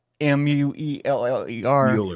M-U-E-L-L-E-R